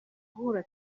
guhura